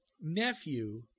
nephew